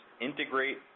integrate